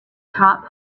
top